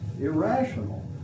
irrational